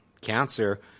cancer